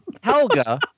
Helga